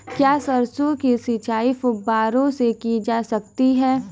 क्या सरसों की सिंचाई फुब्बारों से की जा सकती है?